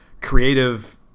creative